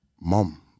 Mom